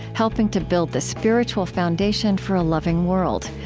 helping to build the spiritual foundation for a loving world.